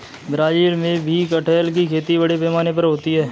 Brazil में भी कटहल की खेती बड़े पैमाने पर होती है